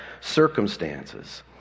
circumstances